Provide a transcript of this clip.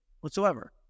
whatsoever